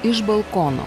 iš balkono